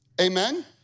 Amen